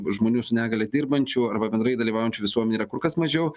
žmonių su negalia dirbančių arba bendrai dalyvaujančių visuomenėj yra kur kas mažiau